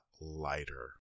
lighter